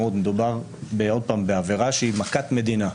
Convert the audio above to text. מדובר בעבירה שהיא מכת מדינה.